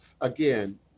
again